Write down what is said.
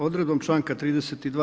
Odredbom članka 32.